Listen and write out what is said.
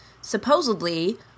supposedly